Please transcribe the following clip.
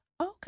okay